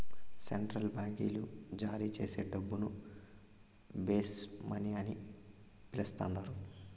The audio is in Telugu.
సెంట్రల్ బాంకీలు జారీచేసే డబ్బును బేస్ మనీ అని పిలస్తండారు